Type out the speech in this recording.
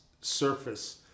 surface